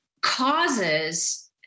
causes